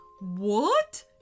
What